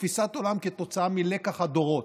כתפיסת עולם כתוצאה מלקח הדורות.